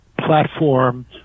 platform